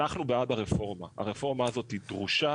אנחנו בעד הרפורמה, הרפורמה הזאת היא דרושה,